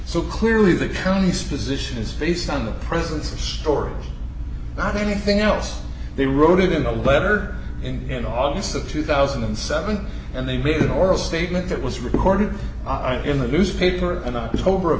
so clearly the county's position is based on the presence of story not anything else they wrote in a letter in august of two thousand and seven and they made an oral statement that was recorded in the newspaper in october of